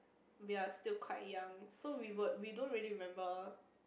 we are still quite young so we won't we don't really remember